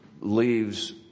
leaves